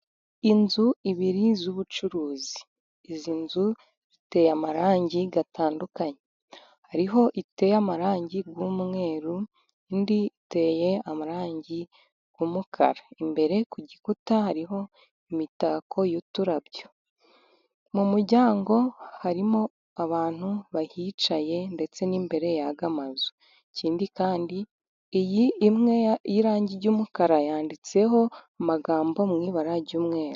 inzu ibiri z'ubucuruzi izi, izo nzu ziteye amarangi atandukanye. Hariho iteye amarangi y'umweru, indi iteye amarangi y'umukara. Imbere ku gikuta hariho imitako y'uturabo, mu muryango harimo abantu bahicaye ndetse n'imbere yaya mazu. Ikindi kandi iyi imwe y'irangi ry'umukara yanditseho amagambo mu ibara ry'umweru.